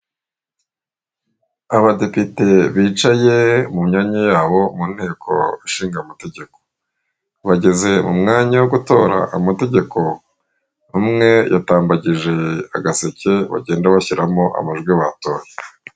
Abadepite bicaye mu myanya yabo mu Inteko Ishinga Amategeko, bageze mu mwanya wo gutora amategeko umwe yatambagije agaseke bagenda bashyiramo amajwi batoye.